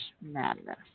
Madness